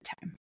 time